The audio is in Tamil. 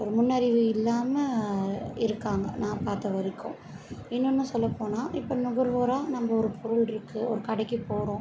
ஒரு நுண்ணறிவு இல்லாமல் இருக்காங்க நான் பார்த்த வரைக்கும் இன்னொன்று சொல்லப்போனால் இப்போ நுகர்வோராக நம்ம ஒரு பொருள் இருக்குது ஒரு கடைக்கு போகிறோம்